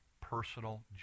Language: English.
personal